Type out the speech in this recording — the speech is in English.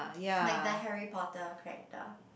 like the Harry Potter character